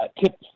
tip